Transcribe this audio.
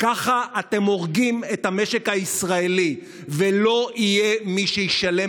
ככה אתם הורגים את המשק הישראלי ולא יהיה מי שישלם